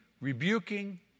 rebuking